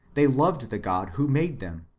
they loved the god who made them,